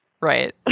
right